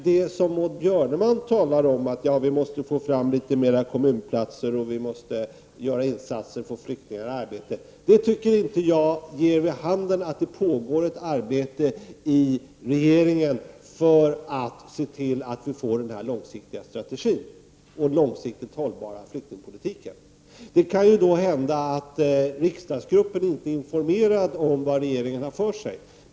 Det som Maud Björnemalm talar om, att man måste få fram litet mera kommunplatser och göra insatser för att sätta flyktingar i arbete, tycker inte jag ger vid handen att det pågår något arbete i regeringen för att se till att vi får denna långsiktiga strategi för en långsiktigt hållbar flyktingpolitik. Det kan ju hända att riksdagsgruppen inte är informerad om vad regeringen har för sig.